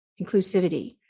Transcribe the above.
inclusivity